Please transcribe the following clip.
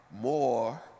more